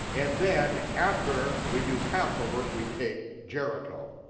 and then after we do passover, we take jericho.